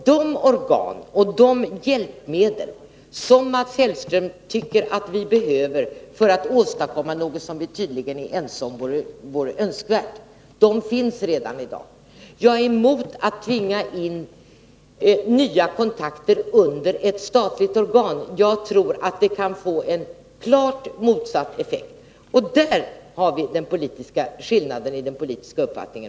De organ och de Internationellt hjälpmedel som Mats Hellström tycker att vi behöver för att åstadkomma 3 AE ARR S 3 utvecklingssamarnågonting som vi tydligen är ense om vore önskvärt finns redan i dag. Jag är bete m. Mm emot att tvinga in nya kontakter under ett statligt organ. Jag tror att det kan få en klart motsatt effekt. Där har vi skillnaden i politisk uppfattning.